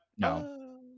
No